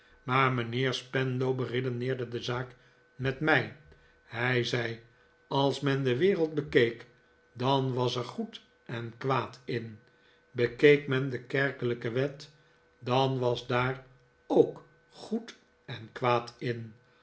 maar mijnheer spenlow beredeneerde de zaak met mij hij zei als men de wereld bekeek dan was er goed en kwaad in bekeek men de kerkelijke wet dan was daar ook goed en kwaad in